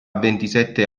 ventisette